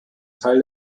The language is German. teil